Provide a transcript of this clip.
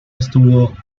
estuvo